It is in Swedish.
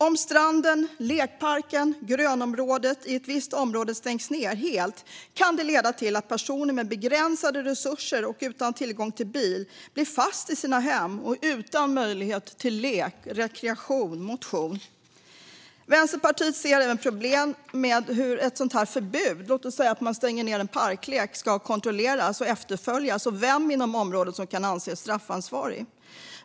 Om stranden, lekparken och grönområdet i ett visst område helt stängs kan det leda till att personer med begränsade resurser och utan tillgång till bil blir fast i sina hem utan möjlighet till lek, rekreation och motion. Vänsterpartiet ser även problem med hur ett sådant här förbud - det kan handla om att man ska stänga en parklek - ska kontrolleras och efterföljas. Och vem inom området kan anses vara straffansvarig?